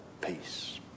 peace